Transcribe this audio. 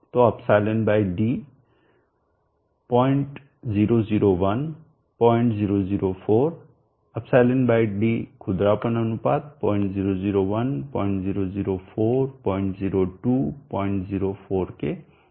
तो εd 0001 0004 εd खुरदरापन अनुपात 0001 0004 002 004 के बराबर है